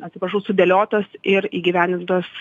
atsiprašau sudėliotos ir įgyvendintos